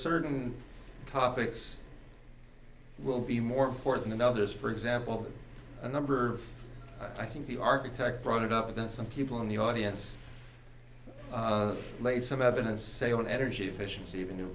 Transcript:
certain topics will be more important than others for example a number i think the architect brought it up that some people in the audience late some evidence say on energy efficiency of a new